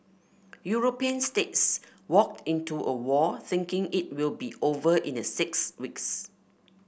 European states walked into a war thinking it will be over in a six weeks